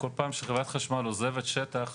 שכל פעם שחברת החשמל עוזבת שטח,